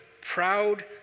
proud